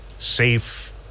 safe